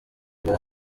rayon